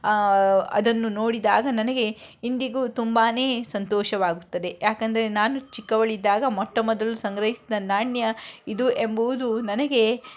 ಅದನ್ನು ನೋಡಿದಾಗ ನನಗೆ ಇಂದಿಗೂ ತುಂಬಾ ಸಂತೋಷವಾಗುತ್ತದೆ ಯಾಕಂದ್ರೆ ನಾನು ಚಿಕ್ಕವಳಿದ್ದಾಗ ಮೊಟ್ಟ ಮೊದಲು ಸಂಗ್ರಹಿಸಿದ ನಾಣ್ಯ ಇದು ಎಂಬುವುದು ನನಗೆ